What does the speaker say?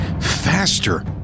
faster